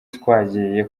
twagiye